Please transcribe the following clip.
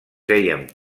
feien